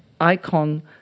icon